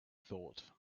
thought